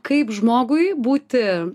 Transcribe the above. kaip žmogui būti